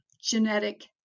genetic